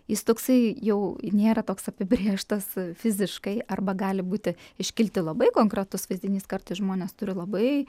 jis toksai jau nėra toks apibrėžtas fiziškai arba gali būti iškilti labai konkretus vaizdinys kartais žmonės turi labai